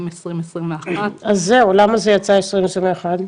2020-2021. אז למה זה יצא 2020-2021?